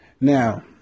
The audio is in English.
Now